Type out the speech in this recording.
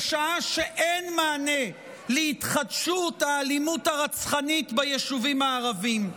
בשעה שאין מענה להתחדשות האלימות הרצחנית ביישובים הערביים.